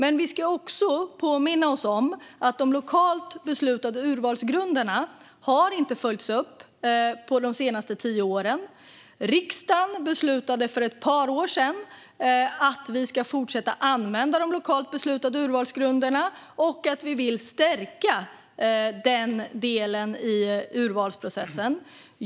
Vi ska också påminna oss om att de lokalt beslutade urvalsgrunderna inte har följts upp på de senaste tio åren. Riksdagen beslutade för ett par år sedan att man ska fortsätta använda de lokalt beslutade urvalsgrunderna och att den delen i urvalsprocessen ska stärkas.